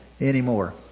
anymore